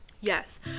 Yes